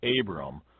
Abram